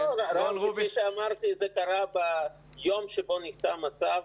שר ההשכלה הגבוהה והמשלימה,